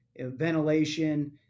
ventilation